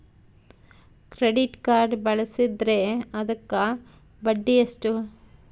Credit card ಬಳಸಿದ್ರೇ ಅದಕ್ಕ ಬಡ್ಡಿ ಎಷ್ಟು?